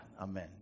Amen